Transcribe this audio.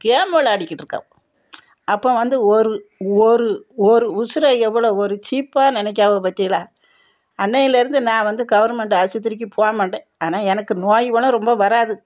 game விளையாடிகிட்டு இருக்காவோ அப்போ வந்து ஒரு ஒரு ஒரு உசுரை எவ்வளோ ஒரு சீப்பாக நினைக்காவோ பாத்தியலா அன்னையில் இருந்து நான் வந்து கவர்மெண்டு ஆஸ்பத்திரிக்கு போக மாட்டேன் ஆனால் எனக்கு நோயிவோலும் ரொம்ப வராது